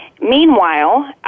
Meanwhile